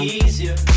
easier